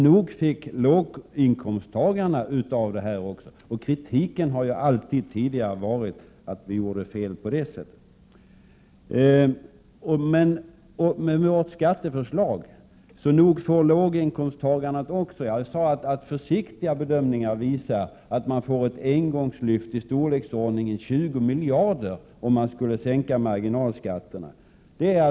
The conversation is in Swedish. Nog fick låginkomsttagarna del av detta. Kritiken har alltid tidigare varit att vi gjorde fel när vi gjorde detta. Vårt skatteförslag kommer också låginkomsttagarna till del. Jag sade att en försiktig bedömning visar ett engångslyft med 20 miljarder om man skulle sänka marginalskatterna.